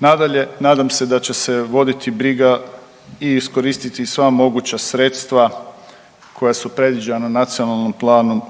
Nadalje, nadam se da će se voditi briga i iskoristiti sva moguća sredstva koja su predviđena NPOO-om,